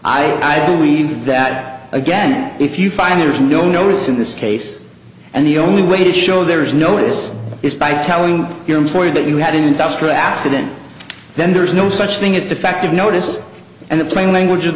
i believe that again if you find there is no notice in this case and the only way to show there is notice is by telling your employer that you had an industrial accident then there is no such thing as defective notice and the plain language